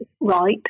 right